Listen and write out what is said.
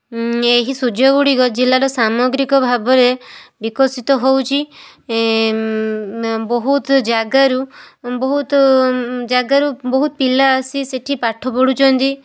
ଏହି ସୁଯୋଗ ଗୁଡ଼ିକ ଜିଲ୍ଲାର ସାମଗ୍ରିକ ଭାବରେ ବିକଶିତ ହେଉଛି ବହୁତ ଜାଗାରୁ ବହୁତ ଜାଗାରୁ ବହୁତ ପିଲା ଆସି ସେଠି ପାଠ ପଢ଼ୁଛନ୍ତି